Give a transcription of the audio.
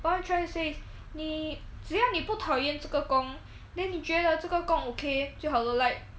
what I'm trying to say is 你只要你不讨厌这个工 then 你觉得这个工 okay 就好 lor like